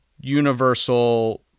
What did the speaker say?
universal